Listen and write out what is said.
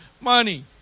money